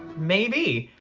maybe.